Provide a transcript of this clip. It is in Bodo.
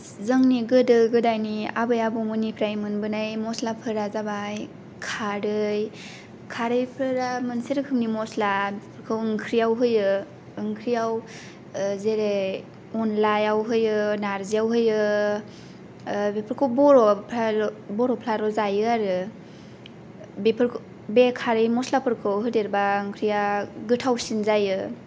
जोंनि गोदो गोदायनि आबै आबौमोननिफ्राय मोनबोनाय मस्लाफोरा जाबाय खारै खारैफोरा मोनसे रोखोमनि मस्ला बेफोरखौ ओंख्रियाव होयो ओंख्रियाव जेरै अनलायाव होयो नारजियाव होयो बेफोरखौ बर'फ्राल' बर'फ्राल' जायो आरो बेफोरखौ बे खारै मस्लाफोरखौ होदेरबा ओंख्रिया गोथावसिन जायो